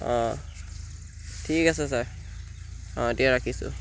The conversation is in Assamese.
অঁ ঠিক আছে ছাৰ অঁ এতিয়া ৰাখিছোঁ